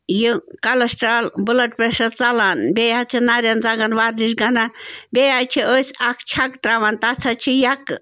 یہِ cholesterol blood pressure ژلان بیٚیہِ حظ چھِ نَرٮ۪ن زنگَن وَردِش گندان بیٚیہِ حظ چھِ أسۍ اَکھ چھکہٕ تراوان تَتھ حظ چھِ یَکہٕ